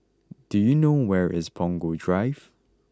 do you know where is Punggol Drive